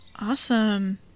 Awesome